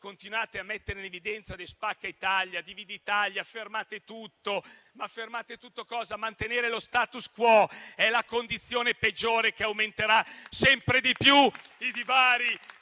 continuate a mettere in evidenza («spacca Italia», «dividi Italia» o «fermate tutto»). Ma fermate tutto cosa? Mantenere lo *status quo* è la condizione peggiore, che aumenterà sempre di più i divari